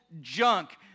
junk